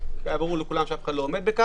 שהיה ברור שאף אחד לא עומד בו.